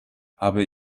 habe